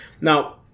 Now